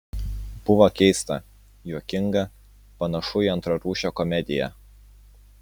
buvo keista juokinga panašu į antrarūšę komediją